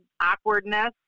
awkwardness